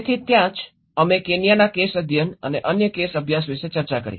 તેથી ત્યાં જ અમે કેન્યાના કેસ અધ્યયન અને અન્ય કેસ અભ્યાસ વિશે ચર્ચા કરી